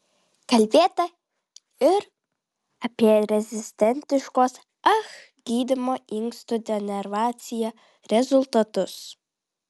kalbėta ir apie rezistentiškos ah gydymo inkstų denervacija rezultatus